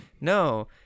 no